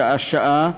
שעה-שעה,